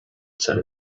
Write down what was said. said